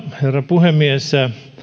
puhemies